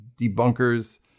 debunkers